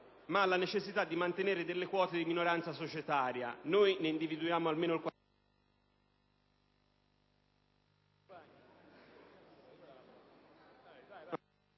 ma la necessità di mantenere delle quote di minoranza societaria; ne individuammo almeno...